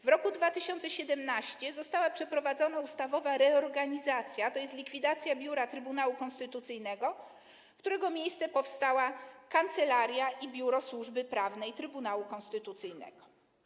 W roku 2017 została przeprowadzona ustawowa reorganizacja, tj. likwidacja Biura Trybunału Konstytucyjnego, w którego miejsce powstały Kancelaria Trybunału Konstytucyjnego i Biuro Służby Prawnej Trybunału Konstytucyjnego.